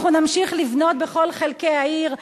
אנחנו נמשיך לבנות בכל חלקי העיר,